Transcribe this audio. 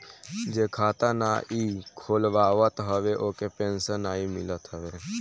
जे खाता नाइ खोलवावत हवे ओके पेंशन नाइ मिलत हवे